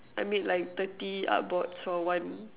I made like thirty art boards for one